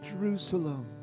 Jerusalem